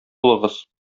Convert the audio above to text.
булыгыз